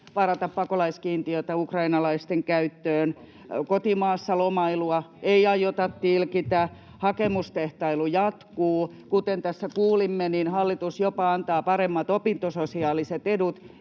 varata pakolaiskiintiötä ukrainalaisten käyttöön, [Inka Hopsun välihuuto] kotimaassa lomailua ei aiota tilkitä, hakemustehtailu jatkuu, ja kuten tässä kuulimme, niin hallitus jopa antaa paremmat opintososiaaliset edut